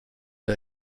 der